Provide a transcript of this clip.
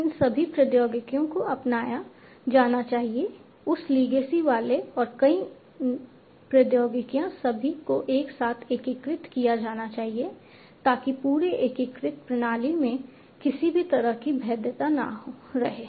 तो इन सभी प्रौद्योगिकियों को अपनाया जाना चाहिए उस लीगेसी वाले और नई प्रौद्योगिकियाँ सभी को एक साथ एकीकृत किया जाना चाहिए ताकि पूरे एकीकृत प्रणाली में किसी भी तरह की भेद्यता ना रहे